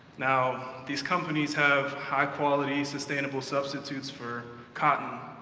now, these companies have high-quality sustainable substitutes for cotton,